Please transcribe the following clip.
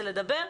שזה לדבר,